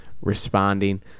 responding